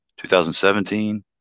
2017